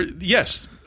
yes